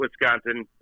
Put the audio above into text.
Wisconsin